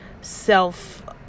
self